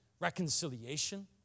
reconciliation